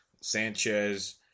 Sanchez